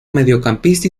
mediocampista